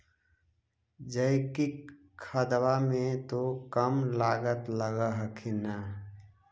जैकिक खदबा मे तो कम लागत लग हखिन न?